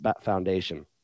foundation